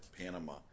Panama